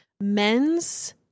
men's